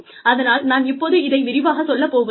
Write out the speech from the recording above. அதனால் நான் இப்போது இதை விரிவாக சொல்லப் போவதில்லை